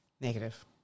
Negative